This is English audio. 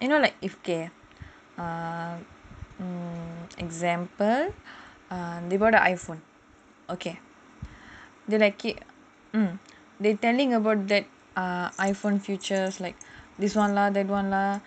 you know like if they err example they bought an iPhone okay they like it they telling about the iPhone features like this [one] lah that [one] lah